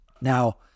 Now